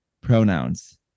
pronouns